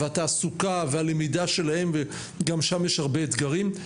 התעסוקה והלמידה שלהם וגם שם יש הרבה אתגרים.